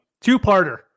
two-parter